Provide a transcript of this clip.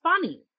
funny